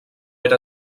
era